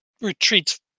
retreats